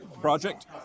Project